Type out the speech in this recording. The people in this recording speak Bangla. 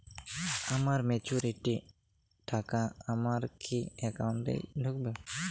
আমার ম্যাচুরিটির টাকা আমার কি অ্যাকাউন্ট এই ঢুকবে?